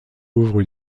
ouvrent